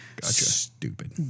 stupid